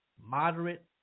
moderate